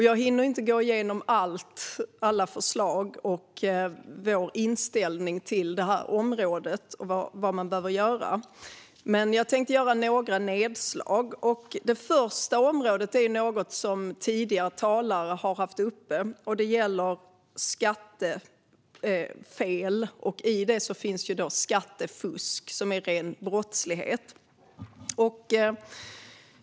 Jag hinner inte gå igenom alla förslag och vår inställning till detta område och vad man behöver göra. Jag tänkte dock göra några nedslag. Det första området jag vill ta upp är något som tidigare talare har haft uppe. Det gäller skattefel, och i det ingår skattefusk, som är ren brottslighet.